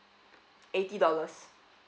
eighty dollars